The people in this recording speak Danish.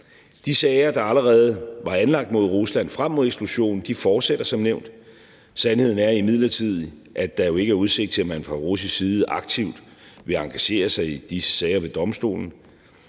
De sager, der allerede var anlagt mod Rusland frem mod eksklusionen, fortsætter som nævnt. Sandheden er jo imidlertid, at der ikke er udsigt til, at man fra russisk side aktivt vil engagere sig i disse sager ved domstolen.